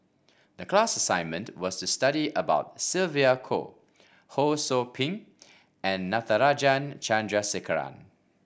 the class assignment was to study about Sylvia Kho Ho Sou Ping and Natarajan Chandrasekaran